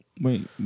Wait